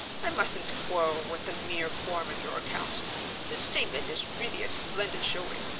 i mustn't quarrel with the mere form of your accounts the statement is really a splendid showing.